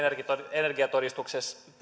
energiatodistuksessa